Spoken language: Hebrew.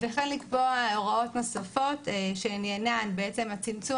וכן לקבוע הוראות נוספות שעניינן הוא צמצום